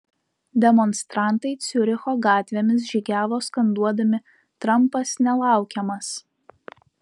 demonstrantai ciuricho gatvėmis žygiavo skanduodami trampas nelaukiamas